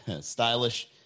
stylish